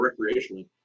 recreationally